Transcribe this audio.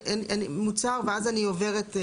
מוצהר ואז אני עוברת,